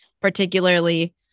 particularly